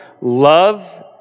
love